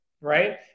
right